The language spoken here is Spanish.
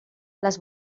las